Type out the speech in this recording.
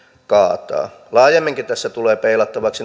kaataa laajemminkin tässä tulee peilattavaksi